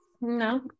No